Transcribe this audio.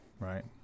Right